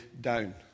down